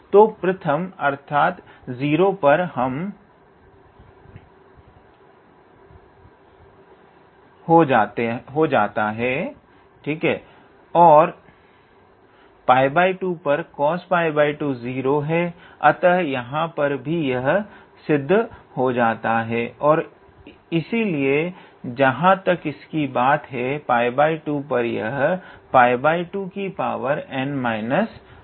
तो प्रथम अर्थात 0 पर यह शून्य हो जाता है और 𝜋2 पर 𝑐𝑜𝑠𝜋2 0 है अतः यहां पर भी यह सिद्ध हो जाता है और इसलिए जहां तक इसकी बात है 𝜋2 पर यह 𝜋2 n−1 रहेगा